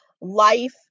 life